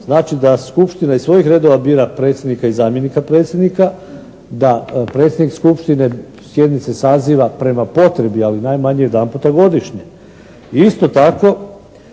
Znači da skupština iz svojih redova bira predsjednika i zamjenika predsjednika, da predsjednik skupštine sjednice saziv prema potrebi ali najmanje jedan puta godišnje i isto tako